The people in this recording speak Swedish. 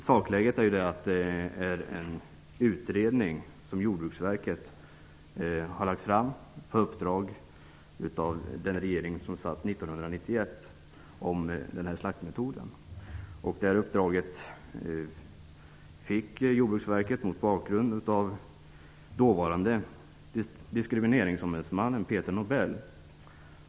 Sakläget är att Jordbruksverket har lagt fram en utredning om denna slaktmetod. Det har den gjort på uppdrag av den regering som satt 1991. Uppdraget fick Jordbruksverket mot bakgrund av dåvarande DO, Peter Nobel.